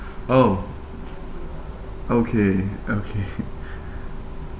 oh okay okay